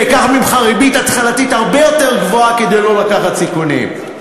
ואקח ממך ריבית התחלתית הרבה יותר גבוהה כדי לא לקחת סיכונים.